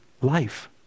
life